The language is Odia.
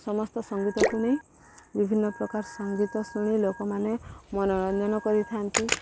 ସମସ୍ତ ସଙ୍ଗୀତକୁ ନେଇ ବିଭିନ୍ନ ପ୍ରକାର ସଙ୍ଗୀତ ଶୁଣି ଲୋକମାନେ ମନୋରଞ୍ଜନ କରିଥାନ୍ତି